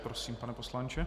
Prosím, pane poslanče.